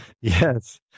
Yes